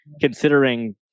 considering